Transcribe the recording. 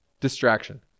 distraction